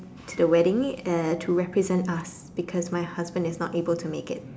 to the wedding uh to represent us because my husband is not able to make it